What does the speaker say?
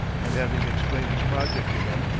and having explained his project to him,